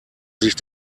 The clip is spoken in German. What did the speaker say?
sich